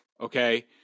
Okay